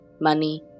money